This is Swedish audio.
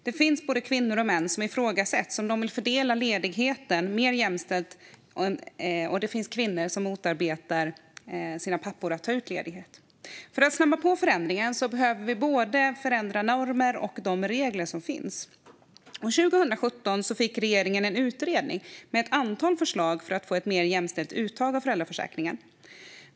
Det finns både kvinnor och män som ifrågasätts när de vill fördela ledigheten mer jämställt, och det finns också kvinnor som motarbetar sina barns pappor när de vill ta ut ledighet. För att snabba på förändringen behöver vi förändra både normer och de regler som finns. År 2017 fick regeringen en utredning med ett antal förslag för att få ett mer jämställt uttag av föräldraförsäkringen.